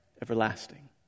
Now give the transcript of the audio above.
everlasting